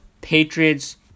Patriots